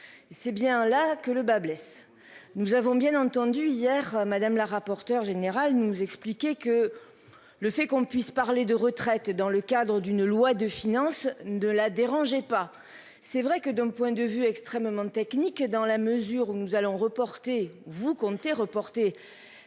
C'est bien là que le bât blesse. Nous avons bien entendu hier Madame la rapporteure générale nous expliquer que. Le fait qu'on puisse parler de retraite dans le cadre d'une loi de finances de la dérangeait pas. C'est vrai que d'un point de vue extrêmement technique, dans la mesure où nous allons reporter vous comptez reporter